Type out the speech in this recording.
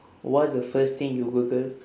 what is the first thing you google